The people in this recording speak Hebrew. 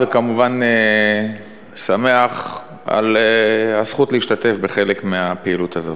וכמובן שמח על הזכות להשתתף בחלק מהפעילות הזאת.